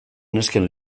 nesken